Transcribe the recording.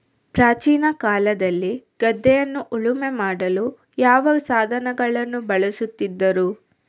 ಪ್ರಾಚೀನ ಕಾಲದಲ್ಲಿ ಗದ್ದೆಯನ್ನು ಉಳುಮೆ ಮಾಡಲು ಯಾವ ಸಾಧನಗಳನ್ನು ಬಳಸುತ್ತಿದ್ದರು?